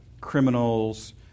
criminals